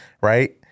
Right